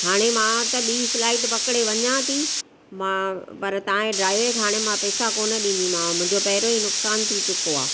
हाणे मां त ॿी फ्लाइट पकड़े वञां थी मां पर तव्हांजे ड्राइवर खे हाणे मां पेसा कोन ॾींदीमांव मुंहिंजो पहिरों ई नुक़सानु थी चुको आहे